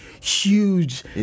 huge